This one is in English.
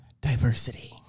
diversity